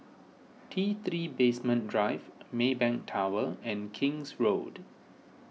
T three Basement Drive Maybank Tower and King's Road